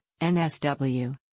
NSW